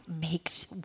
makes